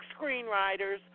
screenwriters